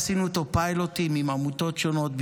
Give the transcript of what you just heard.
עשינו אותו פיילוט עם עמותות שונות,